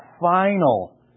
final